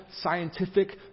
scientific